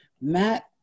Matt